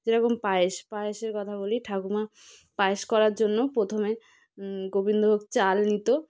যেরকম পায়েস পায়েসের কথা বলি ঠাকুমা পায়েস করার জন্য প্রথমে গোবিন্দভোগ চাল নিত